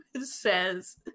says